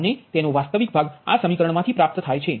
અને તેનો વાસ્તવિક ભાગ આ સમીકરણમાંથી પ્રાપ્ત થાય છે